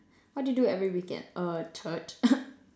what do you do every weekend uh church